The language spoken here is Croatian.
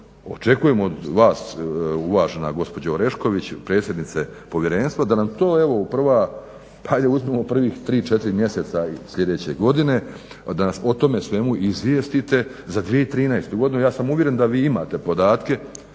očekujem od vas uvažena gospođo Orešković, predsjednice povjerenstva, da nam to evo u prva 3-4 mjeseca sljedeće godine da nas o tome svemu izvijestite za 2013. godinu. Ja sam uvjeren da vi imate podatke